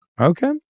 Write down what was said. Okay